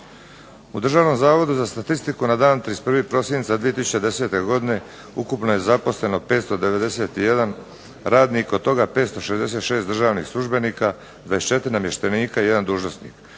U Državnom zavodu za statistiku na dan 31. prosinca 2010. godine ukupno je zaposleno 591 radnik od toga 566 državnih službenika, 24 namještenika i jedan dužnosnik.